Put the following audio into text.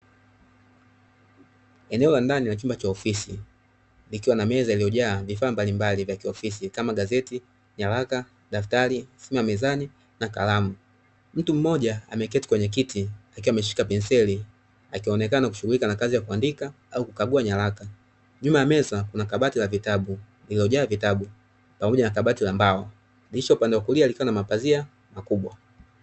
Eneo la ndani ya chumba cha ofisi likiwa na meza iliyojaa vifaa mbalimbali vya kiofisi kama gazeti, nyaraka, daftari, simu ya mezani na karamu. Mtu mmoja ameketi kwenye kiti huku akiwa ameshika penseli akionekana kushughulika na kazi ya kuandika au kukagua nyaraka, nyuma ya meza kuna kabati la vitabu liliojaa vitabu pamoja na kabati la mbao dirisha la upande wa kulia likiwa na mapazia makubwa.